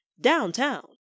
downtown